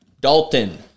Dalton